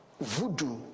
voodoo